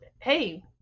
hey